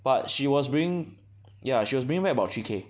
but she was bringing ya she was bringing back about three K